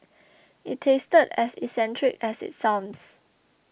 it tasted as eccentric as it sounds